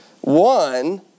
One